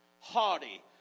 haughty